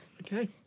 Okay